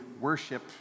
worship